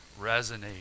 resonate